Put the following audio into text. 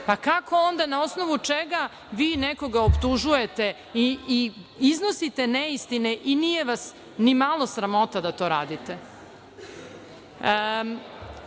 Kako onda, na osnovu čega vi nekoga optužujete i iznosite neistine i nije vas nimalo sramota da to radite? Moram